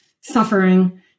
suffering